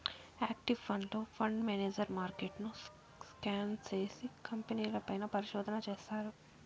active ఫండ్లో, fund manager మార్కెట్ను scan చేసి, కంపెనీల పైన పరిశోధన చేస్తారు